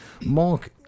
Mark